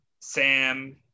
Sam